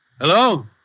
Hello